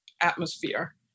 atmosphere